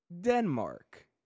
denmark